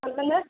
சொல்லுங்கள்